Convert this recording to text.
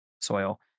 soil